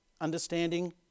understanding